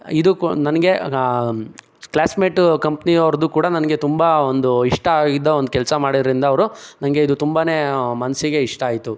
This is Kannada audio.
ಇದು ಕು ನನಗೆ ಕ್ಲಾಸ್ಮೇಟ್ ಕಂಪ್ನಿಯವ್ರದ್ದು ಕೂಡ ನನಗೆ ತುಂಬ ಒಂದು ಇಷ್ಟ ಇದ್ದ ಒಂದು ಕೆಲಸ ಮಾಡೋದ್ರಿಂದ ಅವರು ನನಗೆ ಇದು ತುಂಬನೇ ಮನಸ್ಸಿಗೆ ಇಷ್ಟ ಆಯಿತು